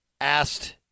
asked